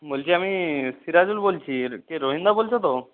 বলছি আমি সিরাজুল বলছি কে রহিমদা বলছো তো